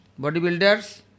bodybuilders